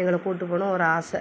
எங்களை கூட்டி போகணும் ஒரு ஆசை